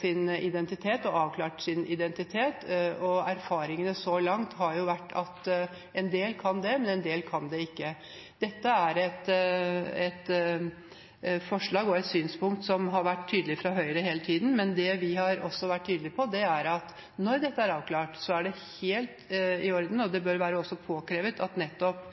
sin identitet. Erfaringene så langt har vært at en del kan det, men en del ikke. Dette er et forslag og et synspunkt som har vært tydelig fra Høyre hele tiden, men det vi også har vært tydelige på, er at når dette er avklart, er det helt i orden. Det bør også være påkrevd at nettopp